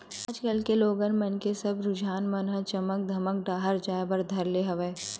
आज कल के लोगन मन के सब रुझान मन ह चमक धमक डाहर जाय बर धर ले हवय